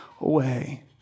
away